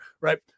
Right